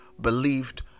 believed